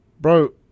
Bro